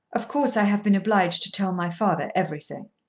of course i have been obliged to tell my father everything.